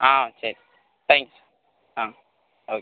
ஆ சரி தேங்க்ஸ் ஆ ஓகே